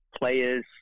players